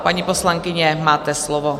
Paní poslankyně, máte slovo.